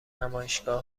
نمایشگاه